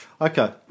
okay